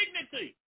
dignity